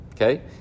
Okay